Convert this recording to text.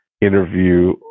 interview